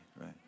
right